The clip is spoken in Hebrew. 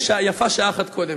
ויפה שעה אחת קודם.